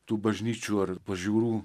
tų bažnyčių ar pažiūrų